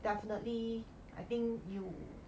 definitely I think you